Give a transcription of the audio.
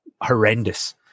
horrendous